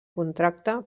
contracte